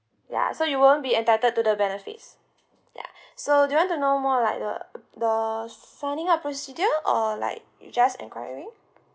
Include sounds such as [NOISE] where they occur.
ya so you won't be entitled to the benefits ya [BREATH] so you want to know more like the the signing up procedure or like you just enquiring